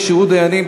כשירות דיינים),